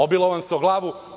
Obilo vam se o glavu.